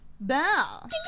bell